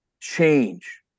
change